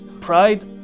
pride